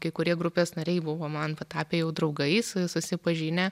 kai kurie grupės nariai buvo man patapę jau draugais susipažinę